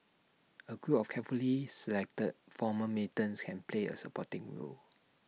A group of carefully selected former militants can play A supporting role